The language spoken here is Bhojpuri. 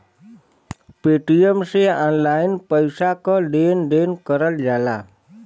पेटीएम से ऑनलाइन पइसा क लेन देन करल जाला